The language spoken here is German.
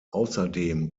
außerdem